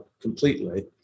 completely